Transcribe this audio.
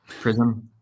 prism